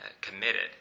committed